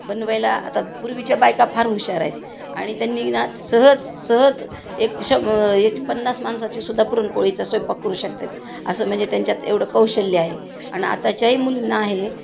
बनवायला आता पूर्वीच्या बायका फार हुशार आहेत आणि त्यांनीना सहज सहज एक श एक पन्नास माणसाची सुद्धा पुरणपोळीचा स्वयंपाक करू शकतात असं म्हणजे त्यांच्यात एवढं कौशल्य आहे आणि आताच्याही मुलीना आहे